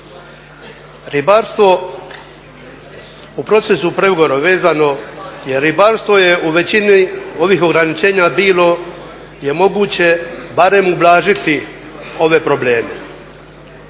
Ribarstvo u procesu pregovora vezano, ribarstvo je u većini ovih ograničenja bilo je moguće barem ublažiti ove probleme.